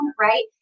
Right